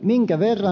minkä verran